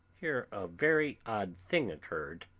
here a very odd thing occurred.